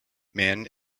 man